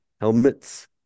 Helmets